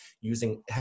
using